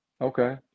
Okay